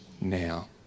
now